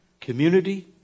community